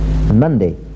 Monday